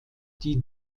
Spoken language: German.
die